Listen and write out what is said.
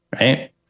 right